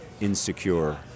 insecure